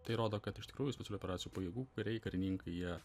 tai rodo kad iš tikrųjų specialių operacijų pajėgų kariai karininkai jie